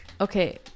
Okay